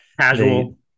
casual